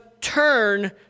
turn